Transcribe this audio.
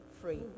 free